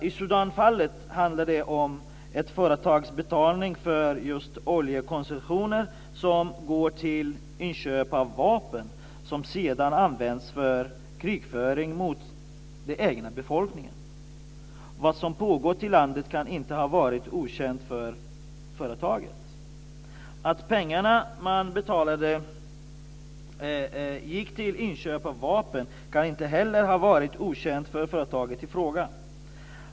I Sudanfallet handlar det om ett företags betalning för just oljekoncessioner som går till inköp av vapen som sedan används för krigföring mot den egna befolkningen. Vad som pågår i landet kan inte ha varit okänt för företaget. Att pengarna man betalade gick till inköp av vapen kan inte heller ha varit okänt för företaget i fråga.